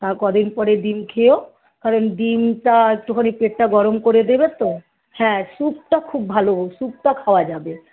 আর কদিন পরে ডিম খেও কারণ ডিমটা একটুখানি পেটটা গরম করে দেবে তো হ্যাঁ স্যুপটা খুব ভালো স্যুপটা খাওয়া যাবে